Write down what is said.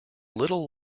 little